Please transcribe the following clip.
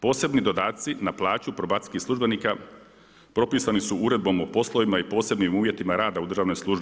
Posebni dodaci na plaću probacijskih službenika propisani su Uredbom o poslovima i posebnim uvjetima rada u državnoj službi.